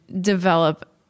develop